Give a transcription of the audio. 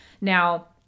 Now